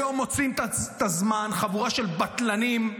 היום מוצאים את הזמן חבורה של בטלנים,